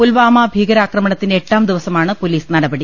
പുൽവാമ ഭീക രാക്രമണത്തിന്റെ എട്ടാം ദിവസമാണ് പൊലീസിന്റെ നടപടി